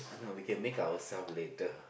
uh no we can make ourself later